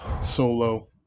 solo